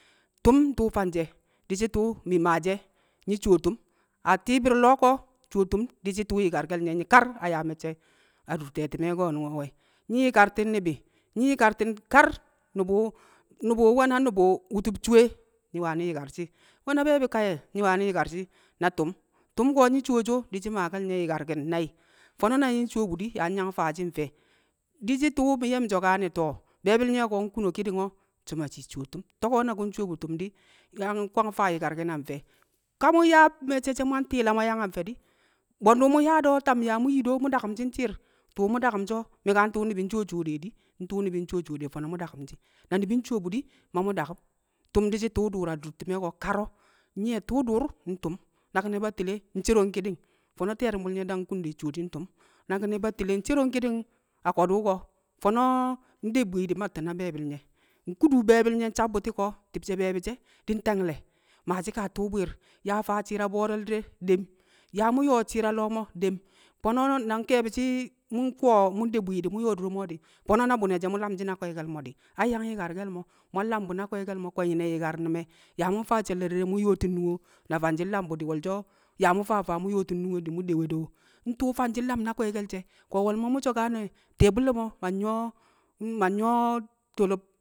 Tṵm ntu̱u̱ fanje̱. Di̱shi̱ tṵu̱ mi̱ maashi̱ e̱, nyi̱ cuwo tṵm, a ti̱i̱bi̱r lo̱o̱ ko̱, cuwo tṵm di̱shi̱ tu̱u̱ nyi̱karke̱l nye̱ nyi̱ kar a yaa me̱cce̱ a dur te̱ti̱me̱ ko̱nu̱ngo̱ we̱. Nyi̱ yi̱karti̱n ni̱bi̱ kar. Nwe̱ na wṵtṵb cuwe wṵ nyi̱ wani̱ yi̱karshi̱, we̱ na be̱e̱bi̱ kaye̱ nyi̱ wani̱ yi̱karshi̱ Tṵm ko̱ nyi̱ cuwoshi o̱ di̱shi̱ yi̱karke̱l nye̱, wani̱ yi̱karke̱l nye̱ nai̱. Fo̱no̱ na nyi̱ ncuwo bṵ di̱ nyi̱ yang faa shi̱ mfe̱? Di̱shi̱ tṵu̱ mi̱ nye̱ mi̱ so̱kane̱ to̱ be̱e̱bi̱l nye̱ ko̱ nkuno ki̱ni̱ngo̱ so̱ ma shii cuwo tu̱m, to̱ ko̱ na ku̱ ncuwo bu̱ tu̱m di̱, yaa ku̱ yang faa yi̱karki̱n wu̱ a mfẹ?. Ka mṵ yaa a me̱cce̱ she̱ mu̱ nti̱i̱la mu̱ yang a mfe̱ di̱, bwe̱ndi̱ mṵ nyaa do̱ tam yaa mu̱ nyi do mṵ dakṵmshi̱ nshi̱i̱r, tṵu̱ mṵ dakṵm so̱ mi̱ka ntṵu̱ ni̱i̱ ncuwo cuwo de di̱? Ntṵu̱ ni̱bi̱ ncuwo cuwo de̱ fo̱no̱ mṵ dakṵmshi̱, na ni̱bi̱ ncuwo bụ di̱ ma mṵ dakṵm, ti̱ng di̱shi̱ tu̱ṵ dṵṵr adur ti̱me̱ ko̱ kar e̱, nye̱ tu̱u̱ du̱u̱r ntu̱m, naki̱n ne̱ battile ncero nki̱ni̱ng, fọnọ tịye̱ru̱mbu̱l nye̱ dang nkun de cuworungshi ntu̱m, naki̱n ne̱ battile ncero nki̱ni̱ng a kọdu̱ ko̱, fo̱no̱ nde̱ bwi̱di̱ mmatti̱n na be̱e̱bi̱l nye̱ Nkudu ti̱bshe̱ be̱e̱bi̱l nye̱ nsabbṵti̱ ki̱ni̱ng ko̱ ti̱bshe̱ be̱e̱bi̱ she̱ di̱ nte̱ngle̱, maashi̱n kaa tṵu̱ bwi̱ịr, yaa faa shi̱i̱r a bo̱o̱re̱l di̱re̱ dem, yaa mu̱ yo̱o̱ shi̱i̱ ra lo̱o̱ mo̱ dem. Fo̱no̱ na nke̱be̱shi̱ mṵ nde bwi̱i̱di̱ mṵ nyo̱o̱ adure mo̱ di̱, fo̱no̱ na bṵne̱ she̱ mṵ lamshi̱ na kwe̱ee̱ke̱l mo̱ di̱, ai yang yi̱karke̱l mo̱. na mṵ nlam bu̱ na kwe̱e̱ke̱l mo̱ kwe̱nyi̱ne̱ yi̱kar nṵm e̱? Ya mṵ mfaa she̱le̱ di̱ne̱ mu̱ nyo̱o̱ti̱n nunge o̱ na fanshi̱ nlam bṵ di̱ wo̱lsho̱ yaa mṵ faa faa di̱ mṵ yo̱o̱ti̱n nunge o di̱ mṵ dewede o? Ntṵu̱ fanshi̱ nlam na kwe̱e̱ke̱l she̱, ko̱ wo̱lmo̱ mṵ so̱kane̱ ti̱ye̱ bṵti̱l mo̱ ma nyu̱wo̱ ma nyu̱wo̱ tolob